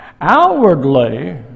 Outwardly